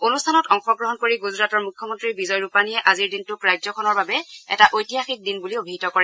অনুষ্ঠানত অংশগ্ৰহণ কৰি গুজৰাটৰ মুখ্যমন্ত্ৰী বিজয় ৰূপানীয়ে আজিৰ দিনটোক ৰাজ্যখনৰ বাবে এটা ঐতিহাসিক দিন বুলি অভিহিত কৰে